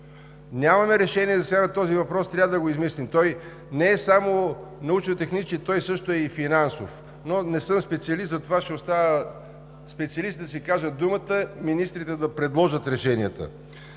Нямаме решение засега на този въпрос и трябва да го измислим. Той не е само научно-технически, той също е и финансов, но не съм специалист, затова ще оставя специалистите да си кажат думата, министрите да предложат решенията.